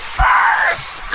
first